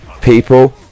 people